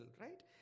right